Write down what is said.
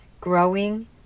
growing